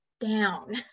down